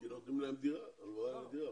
כי לא נותנים להם הלוואה לדירה.